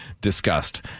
discussed